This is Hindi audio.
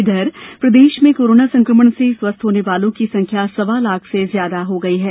इधर प्रदेश में कोरोना संक्रमण से स्वस्थ होने वालों की संख्या सवा लाख से ज्यादा हो गई है